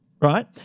right